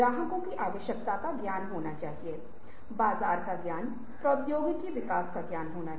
पहले चित्रों को स्टूडियो में किया जाता था प्रभाववाद ने जीवन से ही चित्रकला को देखना शुरू कर दिया